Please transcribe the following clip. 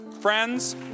Friends